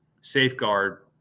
safeguard